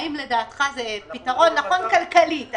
האם לדעתך זה פתרון נכון כלכלית?